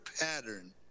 pattern